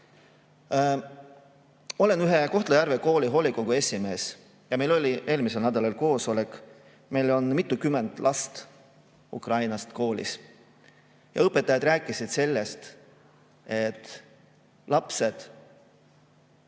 Olen ühe Kohtla-Järve kooli hoolekogu esimees ja meil oli eelmisel nädalal koosolek. Meie koolis on mitukümmend last Ukrainast. Õpetajad rääkisid sellest, et lapsed